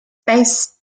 space